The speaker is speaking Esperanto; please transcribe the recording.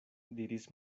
diris